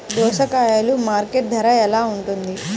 దోసకాయలు మార్కెట్ ధర ఎలా ఉంటుంది?